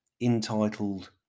entitled